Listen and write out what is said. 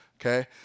Okay